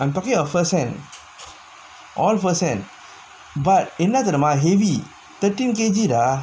I'm talking about firsthand all first hand but என்ன தெரியுமா:enna teriyumaa heavy thirteen K_G ah